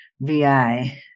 VI